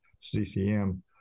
ccm